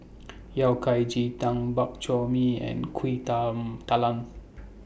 Yao Cai Ji Tang Bak Chor Mee and Kuih DA Talam